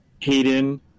Hayden